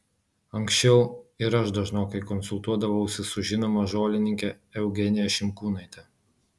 anksčiau ir aš dažnokai konsultuodavausi su žinoma žolininke eugenija šimkūnaite